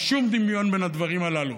אין שום דמיון בין הדברים הללו.